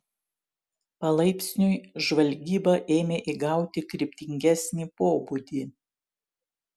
palaipsniui žvalgyba ėmė įgauti kryptingesnį pobūdį